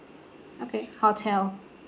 okay hotel